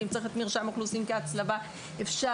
ואם צריך את מרשם האוכלוסין כהצלבה אפשר.